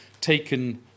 taken